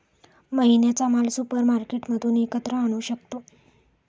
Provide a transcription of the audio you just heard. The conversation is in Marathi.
महिन्याचा माल सुपरमार्केटमधून एकत्र आणू शकतो